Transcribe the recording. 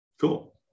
cool